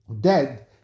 dead